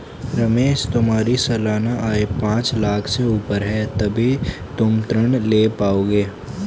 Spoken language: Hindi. रमेश तुम्हारी सालाना आय पांच लाख़ से ऊपर है तभी तुम ऋण ले पाओगे